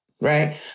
Right